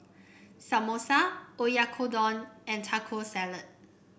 Samosa Oyakodon and Taco Salad